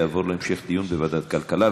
הנושא יעבור להמשך דיון בוועדת הכלכלה.